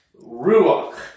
Ruach